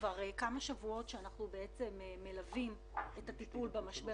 כבר כמה שבועות אנחנו מלווים את הטיפול במשבר